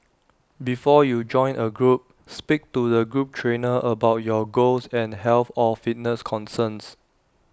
before you join A group speak to the group trainer about your goals and health or fitness concerns